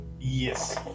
Yes